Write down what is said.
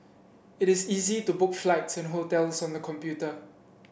it is easy to book flights and hotels on the computer